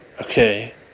Okay